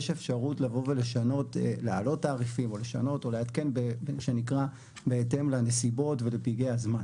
יש אפשרות להעלות תעריפים או לשנות או לעדכן בהתאם לנסיבות ולפגעי הזמן.